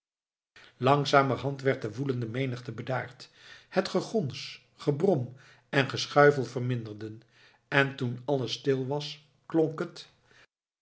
langzamerhand werd de woelende menigte bedaard het gegons gebrom en geschuifel verminderden en toen alles stil was klonk het